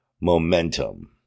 Momentum